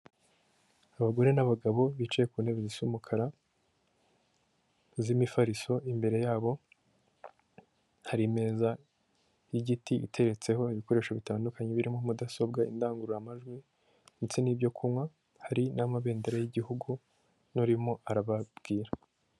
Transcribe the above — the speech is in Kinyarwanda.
Abagore n'abagabo bicaye ku ntebe zisa umukara z'imifariso, imbere yabo hari imeza y'igiti iteretseho ibikoresho bitandukanye birimo mudasobwa, indangururamajwi ndetse n'ibyo kunywa, hari n'amabendera y'igihugu n'urimo arababwira.